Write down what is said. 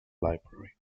library